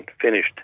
finished